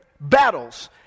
battles